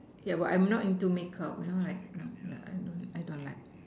yeah but I'm not into make up yeah you know like I don't I don't like